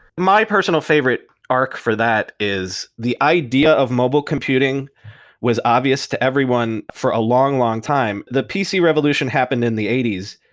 my personal favorite arc for that is the idea of mobile computing was obvious to everyone for a long, long time. the pc revolution happened in the eighty s.